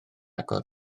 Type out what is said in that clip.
agor